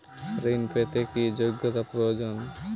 ঋণ পেতে কি যোগ্যতা প্রয়োজন?